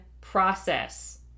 process